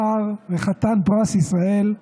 שר וחתן פרס ישראל,